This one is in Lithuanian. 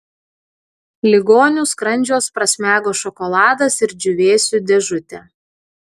ligonių skrandžiuos prasmego šokoladas ir džiūvėsių dėžutė